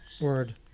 Word